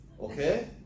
Okay